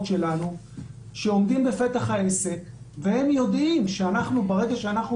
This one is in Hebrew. שלנו שעומדים בפתח העסק והם יודעים שאנחנו,